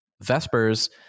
Vespers